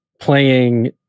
playing